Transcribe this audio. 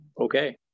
Okay